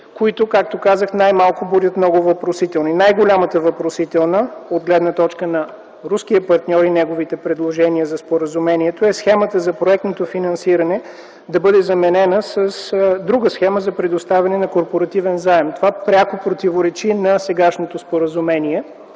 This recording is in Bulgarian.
които, както казах, най-малко будят много въпросителни. Най-голямата въпросителна от гледна точка на руския партньор и неговите предложения за споразумението е схемата за проектното финансиране да бъде заменена с друга схема за предоставяне на корпоративен заем. Това пряко противоречи на сегашното споразумение